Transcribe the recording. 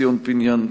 ציון פיניאן,